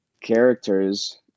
characters